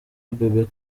bebe